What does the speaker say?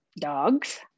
Dogs